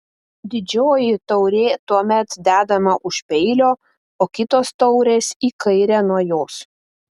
didžioji taurė tuomet dedama už peilio o kitos taurės į kairę nuo jos